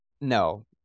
No